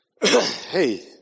Hey